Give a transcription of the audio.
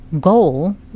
goal